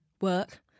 work